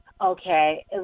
okay